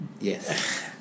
Yes